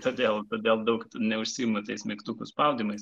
todėl todėl daug neužsiimu tais mygtukų spaudymais